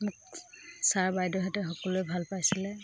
মোক ছাৰ বাইদেউহেঁতে সকলোৱে ভাল পাইছিলে